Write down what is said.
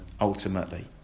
ultimately